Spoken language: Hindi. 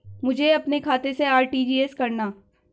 मुझे अपने खाते से आर.टी.जी.एस करना?